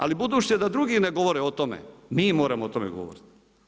Ali budući da drugi ne govore o tome mi moramo o tome govoriti.